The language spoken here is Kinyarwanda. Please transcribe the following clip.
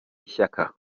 ishaka